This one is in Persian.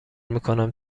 میکنم